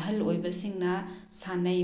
ꯑꯍꯜ ꯑꯣꯏꯕꯁꯤꯡꯅ ꯁꯥꯟꯅꯩ